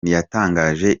ntiyatangaje